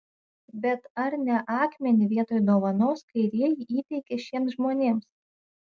bet ar ne akmenį vietoj dovanos kairieji įteikė šiems žmonėms